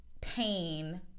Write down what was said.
pain